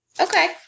Okay